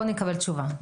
בוא נקבל תשובה.